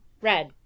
Red